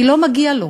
כי לא מגיע לו.